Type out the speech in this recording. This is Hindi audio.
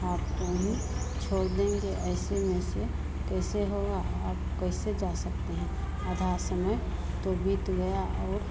आपको वहीं छोड़ देंगे ऐसे में ऐसे कैसे होगा आप कैसे जा सकते हैं आधा समय तो बीत गया और